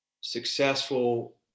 successful